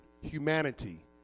humanity